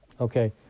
Okay